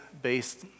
based